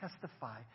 testify